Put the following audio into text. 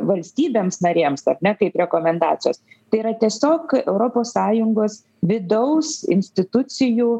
valstybėms narėms ar ne kaip rekomendacijos tai yra tiesiog europos sąjungos vidaus institucijų